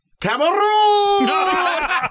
Cameroon